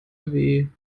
lkw